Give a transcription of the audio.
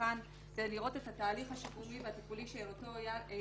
המבחן לראות את התהליך השיקומי והטיפולי שעובר אותו ילד,